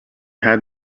had